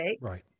right